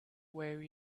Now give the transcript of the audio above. where